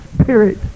spirit